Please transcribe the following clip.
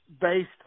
based